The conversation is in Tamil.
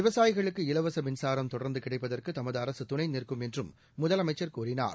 விவசாயிகளுக்கு இலவச மின்சாரம் தொடர்ந்து கிடைப்பதற்கு தமது அரசு துணை நிற்கும் என்றும் முதலமைச்சர் கூறினார்